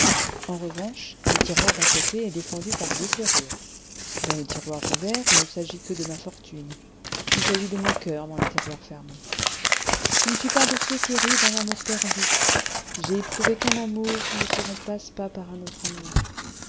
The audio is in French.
en revanche le tiroir d'à côté est défendu par deux serrures dans le tiroir ouvert il ne s'agit que de ma fortune il s'agit de mon coeur dans le tiroir fermé je ne suis pas de ceux qui rient d'un amour perdu j'ai éprouvé qu'un amour ne se remplace pas par un autre amour